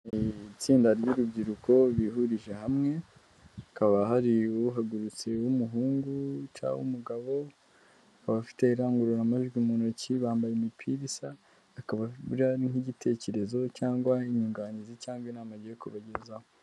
Itsinda ry'urubyiruko bihurije hamwe hakaba hari uhagurutse w'umuhungu cyangwa w'umugabo, abafite irangururamajwi mu ntoki bambaye imipira isa, akaba buriya ni nk'igitekerezo cyangwa inyunganizi cyangwa inama agiye kubagezaho.